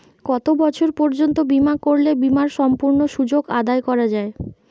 কত বছর পর্যন্ত বিমা করলে বিমার সম্পূর্ণ সুযোগ আদায় করা য়ায়?